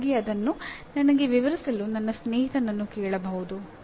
ನಾನು ಹೋಗಿ ಅದನ್ನು ನನಗೆ ವಿವರಿಸಲು ನನ್ನ ಸ್ನೇಹಿತನನ್ನು ಕೇಳಬಹುದು